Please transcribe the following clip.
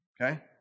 Okay